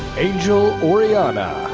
angel orellana.